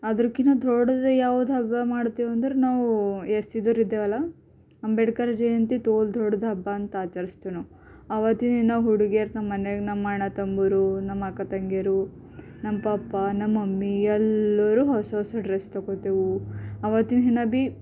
ಅದಕ್ಕಿಂತ ದೊಡ್ದು ಯಾವುದು ಹಬ್ಬ ಮಾಡ್ತೀವಿ ಅಂದ್ರೆ ನಾವು ಎಸ್ ಸಿದೋರಿದ್ದೇವಲ್ಲ ಅಂಬೇಡ್ಕರ್ ಜಯಂತಿ ತೋಲ್ ದೊಡ್ದು ಹಬ್ಬ ಅಂತ ಆಚರಿಸ್ತೇವೆ ನಾವು ಆವತ್ತಿನ ದಿನ ನಾವು ಹುಡುಗಿಯರು ನಮ್ಮನೆಯಾಗ ನಮ್ಮ ಅಣ್ಣ ತಮ್ಮರು ನಮ್ಮ ಅಕ್ಕ ತಂಗಿಯರು ನಮ್ಮ ಪಪ್ಪಾ ನಮ್ಮ ಮಮ್ಮಿ ಎಲ್ಲರೂ ಹೊಸೊಸ ಡ್ರೆಸ್ ತೊಗೋತೇವೆ ಆವತ್ತಿನ ದಿನ ಭೀ